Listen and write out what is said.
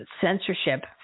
censorship